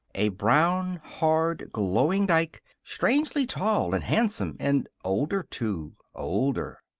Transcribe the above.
a brown, hard, glowing dike, strangely tall and handsome and older, too. older.